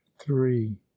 three